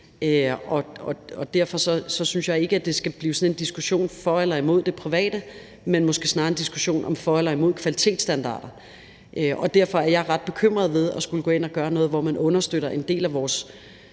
Derfor synes jeg ikke, det skal blive sådan en diskussion for eller imod det private, men måske snarere en diskussion om, hvorvidt man er for eller imod kvalitetsstandarder. Derfor er jeg ret bekymret ved at skulle gå ind og gøre noget, hvor man understøtter en del af vores